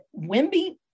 Wimby